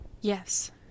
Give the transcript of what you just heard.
Yes